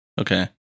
Okay